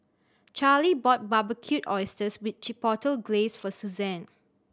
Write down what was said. Charly bought Barbecued Oysters with Chipotle Glaze for Suzanne